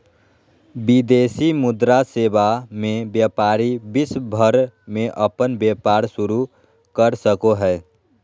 विदेशी मुद्रा सेवा मे व्यपारी विश्व भर मे अपन व्यपार शुरू कर सको हय